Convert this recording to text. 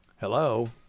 Hello